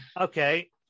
Okay